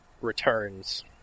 Returns